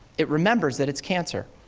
it remembers that it's cancer.